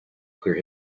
clear